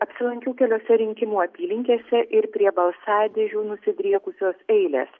apsilankiau keliose rinkimų apylinkėse ir prie balsadėžių nusidriekusios eilės